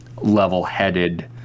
level-headed